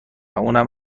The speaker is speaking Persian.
اونم